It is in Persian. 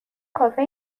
کافه